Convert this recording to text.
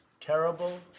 terrible